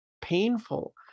painful